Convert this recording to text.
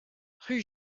rue